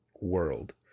world